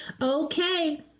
Okay